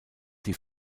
die